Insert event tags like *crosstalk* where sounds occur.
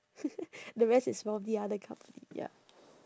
*noise* the rest is probably other company ya